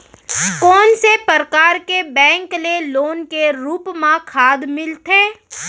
कोन से परकार के बैंक ले लोन के रूप मा खाद मिलथे?